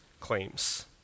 claims